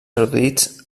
erudits